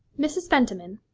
mrs. fentiman,